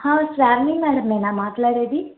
హ షాలిని మేడమేనా మాట్లాడేది